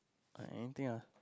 anything lah